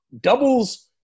doubles –